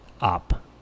up